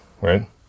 Right